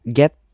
get